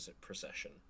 procession